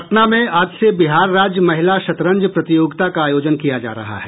पटना में आज से बिहार राज्य महिला शतरंज प्रतियोगिता का आयोजन किया जा रहा है